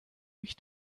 mich